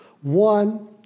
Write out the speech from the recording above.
One